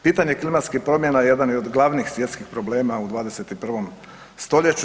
Pitanje klimatskih promjena jedan je od glavnih svjetskih problema u 21. st.